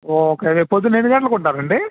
okay రేపు ప్రొద్దున ఎన్ని గంటలకు ఉంటారు అండి